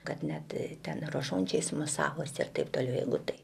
kad net ten rožančiais mosavosi ir taip toliau jeigu tai